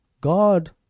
God